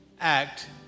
act